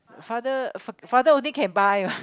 father father only can buy [what]